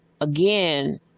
again